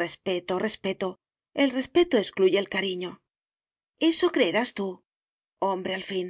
respeto respeto el respeto excluye el cariño eso creerás tú hombre al fin